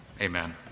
Amen